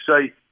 say